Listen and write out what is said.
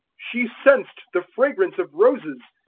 she sensed the fragrance of roses.